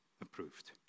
approved